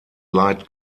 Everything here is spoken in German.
light